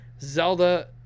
zelda